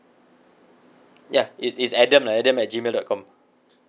ya is is adam lah adam at gmail dot com